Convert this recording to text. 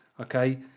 okay